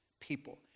people